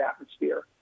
atmosphere